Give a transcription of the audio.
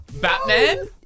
Batman